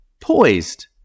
poised